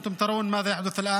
להלן תרגומם:) אילא אל-ליקאא.